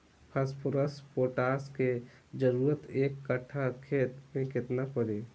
Phosphorus potash के जरूरत एक कट्ठा खेत मे केतना पड़ी?